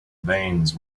veins